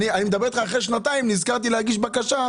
אחרי שנתיים נזכרתי להגיש בקשה.